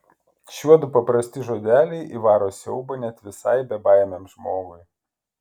šiuodu paprasti žodeliai įvaro siaubą net visai bebaimiam žmogui